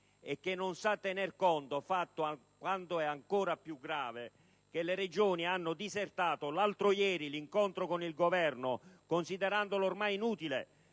e che non sa tenere conto, fatto ancora più grave, che le Regioni hanno disertato l'altro ieri l'incontro con il Governo considerandolo ormai inutile.